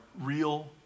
real